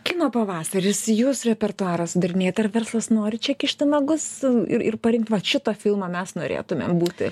kino pavasarį jūs jūs repertuaras dar nėjot ar verslas nori čia kišti nagus ir ir parinkt vat šitą filmo mes norėtumėm būti